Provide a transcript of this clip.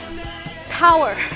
Power